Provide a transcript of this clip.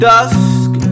Dusk